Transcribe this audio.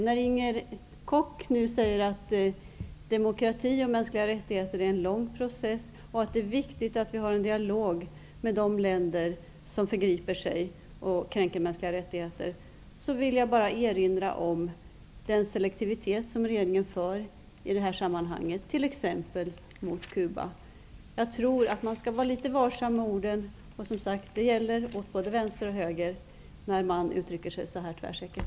När Inger Koch nu säger att demokrati och mänskliga rättigheter är en lång process och att det är viktigt att vi har en dialog med de länder som kränker mänskliga rättigheter, vill jag bara erinra om den selektiva politik som regeringen för i det här sammanhanget, t.ex. mot Cuba. Jag tror att man skall vara litet varsam med orden -- det gäller som sagt åt både höger och vänster -- och inte uttrycka sig så tvärsäkert.